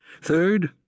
Third